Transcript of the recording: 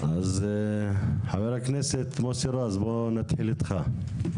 אז חבר הכנסת מוסי רז בוא נתחיל איתך.